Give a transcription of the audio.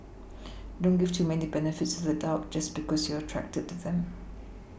don't give too many benefits of the doubt just because you're attracted to them